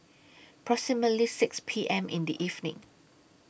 proximately six P M in The evening